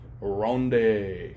Ronde